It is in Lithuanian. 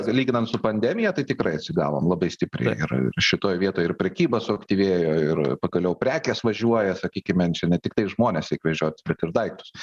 lyginant su pandemija tai tikrai atsigavom labai stipriai ir šitoj vietoj ir prekyba suaktyvėjo ir pagaliau prekės važiuoja sakykime čia ne tiktai žmones reik vežiot bet ir daiktus